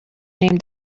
named